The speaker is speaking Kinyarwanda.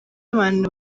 abantu